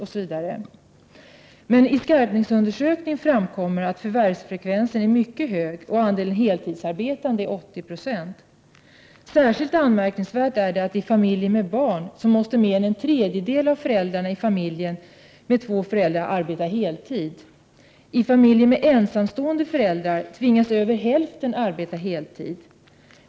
Av Skarpnäcksundersökningen framgår också att förvärvsfrekvensen är mycket hög. Vidare utgör de heltidsarbetande 80 96 av befolkningen. Särskilt anmärkningsvärt är att i familjer med två föräldrar mer än en tredjedel av föräldrarna måste arbeta heltid. I familjer med ensamstående föräldrar tvingas över hälften arbeta heltid.